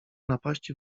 napaści